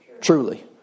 truly